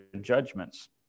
judgments